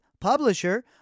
publisher